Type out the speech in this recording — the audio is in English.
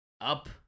Up